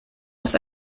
aus